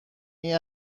این